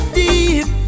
deep